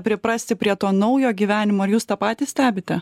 priprasti prie to naujo gyvenimo ar jūs tą patys stebite